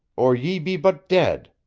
or ye be but dead.